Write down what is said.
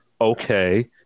okay